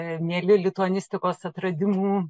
mieli lituanistikos atradimu